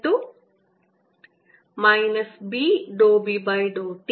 EB B